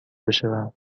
بشوم